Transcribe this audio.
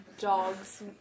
dogs